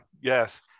Yes